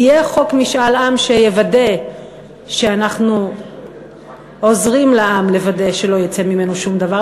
יהיה חוק משאל עם שיוודא שאנחנו עוזרים לעם לוודא שלא יצא ממנו שום דבר.